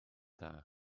dda